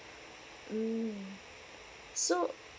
mm so